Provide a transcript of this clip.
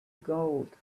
gold